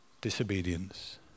disobedience